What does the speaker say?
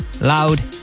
loud